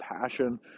passion